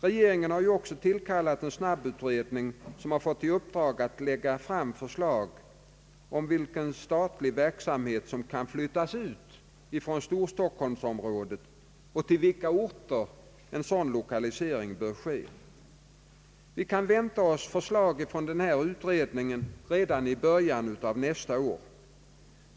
Regeringen har ju också tillkallat en snabbutredning som har fått i uppdrag att lägga fram förslag om vilken statlig verksamhet det är som kan flyttas ut från Storstockholmsområdet och till vilka orter en sådan lokalisering bör ske. Vi kan vänta oss förslag från denna utredning redan i början av nästa år.